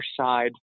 side